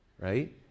right